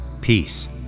peace